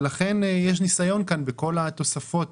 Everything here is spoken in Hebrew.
ולכן יש ניסיון כאן בכל התוספות